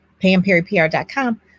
PamPerryPR.com